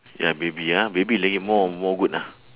ya baby ah baby lagi more more good ah